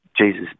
Jesus